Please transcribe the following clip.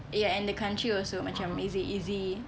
ya and the country also macam is it easy